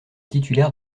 titulaire